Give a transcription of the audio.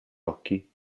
occhi